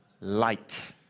light